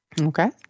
okay